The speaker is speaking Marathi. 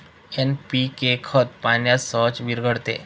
एन.पी.के खत पाण्यात सहज विरघळते